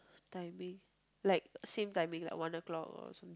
timing like same timing like one o-clock or some